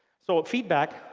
so feedback,